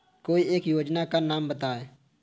कोई एक योजना का नाम बताएँ?